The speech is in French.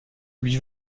lui